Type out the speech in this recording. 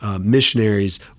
Missionaries